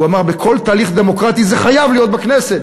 הוא אמר: בכל תהליך דמוקרטי זה חייב להיות בכנסת,